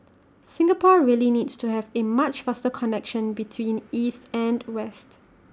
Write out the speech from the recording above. Singapore really needs to have A much faster connection between east and west